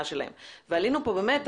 יפה מאוד.